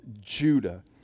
Judah